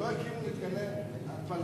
לא הקימו מתקני התפלה,